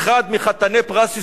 אחד מחתני פרס ישראל,